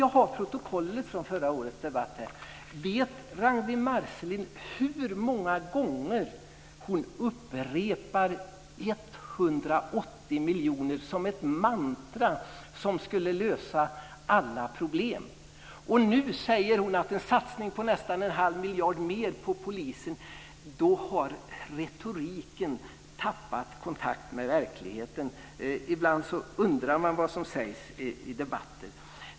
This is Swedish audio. Jag har protokollet från förra årets debatt här. Vet Ragnwi 180 miljoner? Det var som ett mantra som skulle lösa alla problem. Nu säger hon om en satsning på nästan en halv miljard mer på polisen att retoriken har tappat kontakt med verkligheten. Ibland undrar jag vad som sägs i debatter.